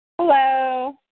Hello